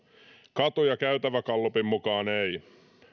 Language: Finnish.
katu ja käytävägallupin mukaan ei